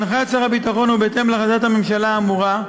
בהנחיית שר הביטחון ובהתאם להחלטת הממשלה האמורה,